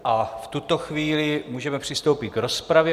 A v tuto chvíli můžeme přistoupit k rozpravě.